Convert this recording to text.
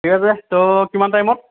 ঠিক আছে ত' কিমান টাইমত